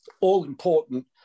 all-important